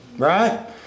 Right